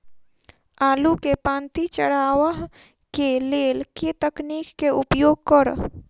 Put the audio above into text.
आलु केँ पांति चरावह केँ लेल केँ तकनीक केँ उपयोग करऽ?